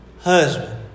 husband